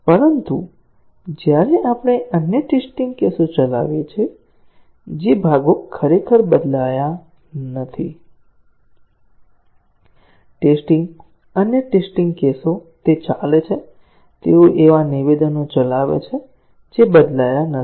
પરંતુ જ્યારે આપણે અન્ય ટેસ્ટીંગ કેસો ચલાવીએ છીએ જે ભાગો ખરેખર બદલાયા નથી ટેસ્ટીંગ અન્ય ટેસ્ટીંગ કેસો તે ચાલે છે તેઓ એવા નિવેદનો ચલાવે છે જે બદલાયા નથી